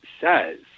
says